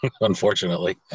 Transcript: unfortunately